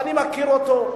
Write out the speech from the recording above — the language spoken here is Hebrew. ואני מכיר אותו.